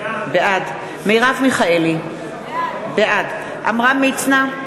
בעד מרב מיכאלי, בעד עמרם מצנע,